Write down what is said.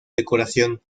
decoración